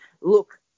look